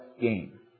game